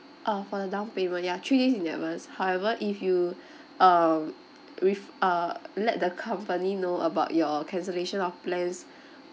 uh for the down payment ya three days in advance however if you um with uh let the company know about your cancellation of plans